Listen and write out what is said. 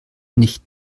nicht